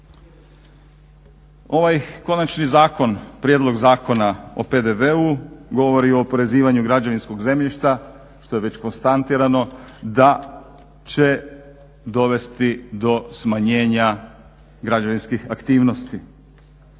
Ovaj konačni zakon, Prijedlog zakona o PDV-u govori o oporezivanju građevinskog zemljišta što je već konstatirano da će dovesti do smanjenja građevinskih aktivnosti.